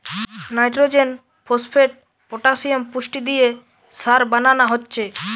nitrogen, phosphate, potassium পুষ্টি দিয়ে সার বানানা হচ্ছে